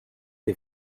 the